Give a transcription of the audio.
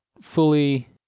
fully